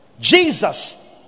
Jesus